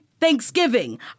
Thanksgiving